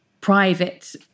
private